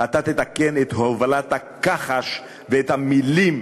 אתה תתקן את ההובלה בכחש ואת המילים